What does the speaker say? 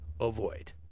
avoid